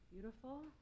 Beautiful